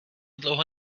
dlouho